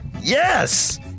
Yes